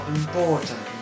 important